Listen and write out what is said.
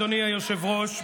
אדוני היושב-ראש,